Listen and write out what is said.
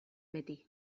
beti